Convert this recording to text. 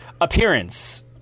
Appearance